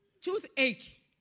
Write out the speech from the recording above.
toothache